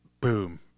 boom